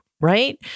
right